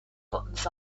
buttons